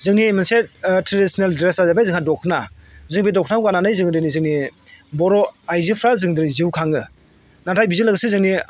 जोंनि मोनसे ट्रेडिशनेल ड्रेसआ जाहैबाय जोंहा दखना जों बे दखनाखौ गाननानै जोङो दिनै जोंनि बर' आयजोफ्रा जों दिनै जिउ खाङो नाथाय बेजों लोगोसे जोंनि